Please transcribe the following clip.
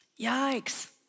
yikes